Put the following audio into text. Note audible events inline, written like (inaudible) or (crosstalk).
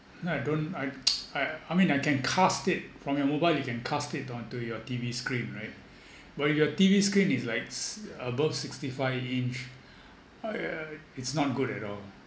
now I don't I (noise) I I mean I can cast it from your mobile you can cast it onto your T_V screen right but your T_V screen is like s~ above sixty five inch uh it's not good at all